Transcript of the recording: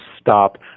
stop